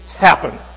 happen